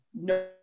no